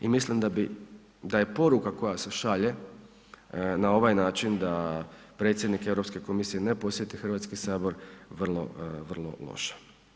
I mislim da je poruka koja se šalje na ovaj način da predsjednik Europske komisije ne posjeti Hrvatski sabor vrlo loša.